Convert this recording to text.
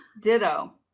Ditto